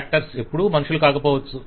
actors ఎప్పుడూ మనుషులు కాకపోవచ్చు